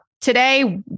today